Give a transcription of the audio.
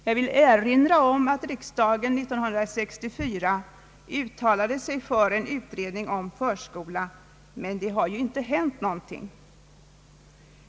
Jag vill erinra om att riksdagen år 1964 uttalade sig för en utredning om en förskola, men det har inte hänt någonting.